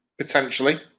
potentially